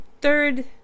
third